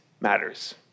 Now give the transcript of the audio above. matters